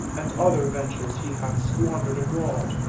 and other ventures he hath, squandered abroad.